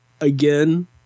again